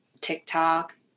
TikTok